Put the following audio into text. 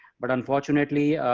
but unfortunately,